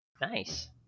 Nice